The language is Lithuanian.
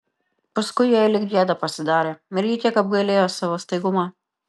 paskui jai lyg gėda pasidarė ir ji kiek apgailėjo savo staigumą